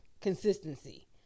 consistency